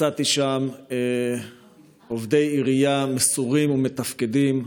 מצאתי שם עובדי עירייה מסורים ומתפקדים,